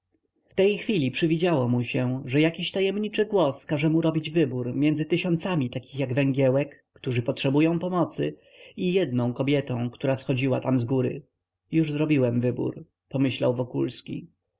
w tej chwili przywidziało mu się że jakiś tajemniczy głos każe mu robić wybór pomiędzy tysiącami takich jak węgielek którzy potrzebują pomocy i jedną kobietą która schodziła tam z góry już zrobiłem wybór pomyślał wokulski